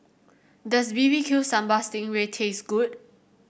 does B B Q Sambal Sting Ray taste good